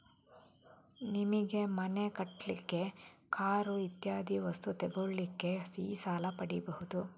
ನಿಮಿಗೆ ಮನೆ ಕಟ್ಲಿಕ್ಕೆ, ಕಾರು ಇತ್ಯಾದಿ ವಸ್ತು ತೆಗೊಳ್ಳಿಕ್ಕೆ ಈ ಸಾಲ ಪಡೀಬಹುದು